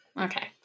okay